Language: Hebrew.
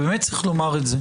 ובאמת צריך לומר את זה,